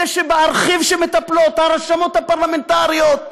אלה שמטפלות בארכיב, הרשמות הפרלמנטריות.